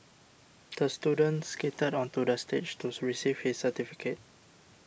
the student skated onto the stage to receive his certificate